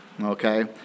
Okay